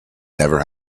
never